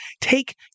take